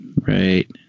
Right